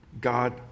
God